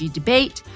debate